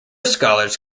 scholars